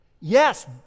Yes